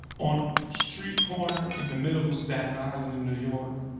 on a street corner in the middle of staten island in new york,